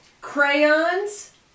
Crayons